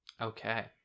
okay